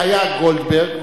היה גולדברג,